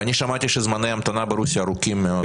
ואני שמעתי שזמני ההמתנה ברוסיה ארוכים מאוד.